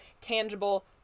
tangible